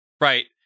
right